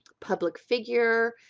public figure,